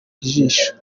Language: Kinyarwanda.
ijisho